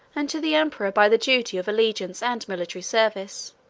and to the emperor by the duty of allegiance and military service.